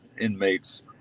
inmates